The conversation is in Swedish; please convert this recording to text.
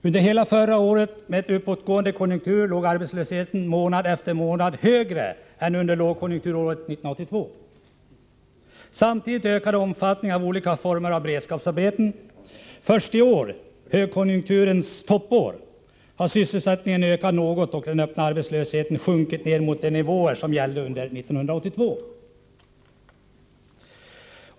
Under hela förra året med en uppåtgående konjunktur låg arbetslösheten månad efter månad högre än under lågkonjunkturåret 1982. Samtidigt ökade omfattningen av olika former av beredskapsarbeten. Först i år, högkonjunkturens toppår, har sysselsättningen ökat något, och den öppna arbetslösheten har sjunkit ner mot de nivåer som gällde under 1982.